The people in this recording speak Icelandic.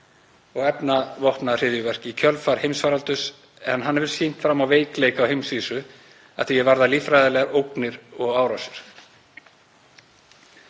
og efnavopnahryðjuverk í kjölfar heimsfaraldurs en hann hefur sýnt fram á veikleika á heimsvísu að því er varðar líffræðilegar ógnir og árásir.